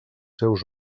seus